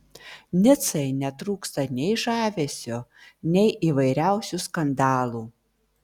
nicai netrūksta nei žavesio nei įvairiausių skandalų